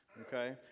Okay